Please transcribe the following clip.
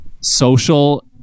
social